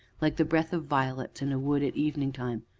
like the breath of violets in a wood at evening time,